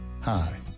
Hi